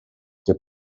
que